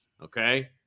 Okay